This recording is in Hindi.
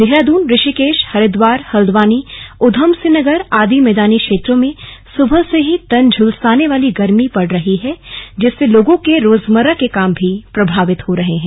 देहरादून ऋषिकेश हरिद्वार हल्द्वानी ऊधम सिंह नगर आदि मैदानी क्षेत्रों में सुबह से ही तन झुलसाने वाली गर्मी पड़ रही है जिससे लोगों के रोजमर्रा के काम भी प्रभावित हो रहे हैं